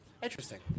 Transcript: Interesting